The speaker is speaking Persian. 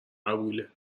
قبوله